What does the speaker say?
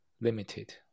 limited